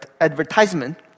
advertisement